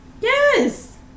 Yes